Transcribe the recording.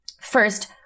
First